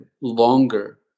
longer